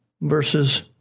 Verses